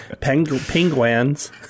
Penguins